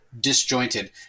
disjointed